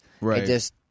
Right